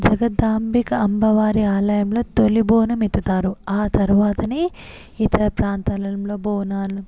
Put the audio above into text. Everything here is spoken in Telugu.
జగదాంబికా అమ్మవారి ఆలయంలో తొలి బోనం ఎత్తుతారు ఆ తర్వాతనే ఇతర ప్రాంతాలలో బోనం